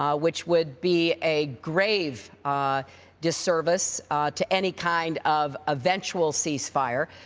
um which would be a grave disservice to any kind of eventual cease-fire?